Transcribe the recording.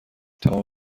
تمام